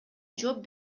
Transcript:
жооп